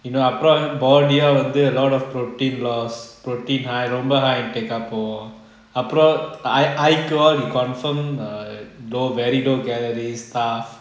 you know அப்புறம்:apram a lot of protein loss protein high ரொம்ப:romba high intake I I call to confirm err low very very low calorie stuff